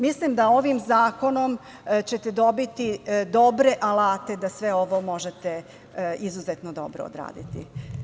Mislim da ćete ovim zakonom dobiti dobre alate da sve ovo možete izuzetno dobro odraditi.